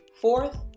Fourth